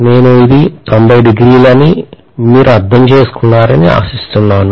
నేను ఇది 90 డిగ్రీలని మీరు అర్థం చేసుకొన్నారని ఆశిస్తున్నాను